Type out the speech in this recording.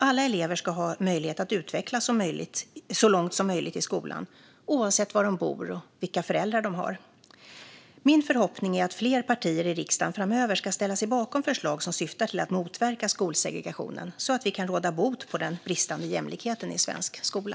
Alla elever ska ha möjlighet att utvecklas så långt som möjligt i skolan, oavsett var de bor eller vilka föräldrar de har. Min förhoppning är att fler partier i riksdagen framöver ska ställa sig bakom förslag som syftar till att motverka skolsegregationen så att vi kan råda bot på den bristande jämlikheten i svensk skola.